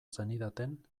zenidaten